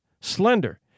slender